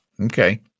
Okay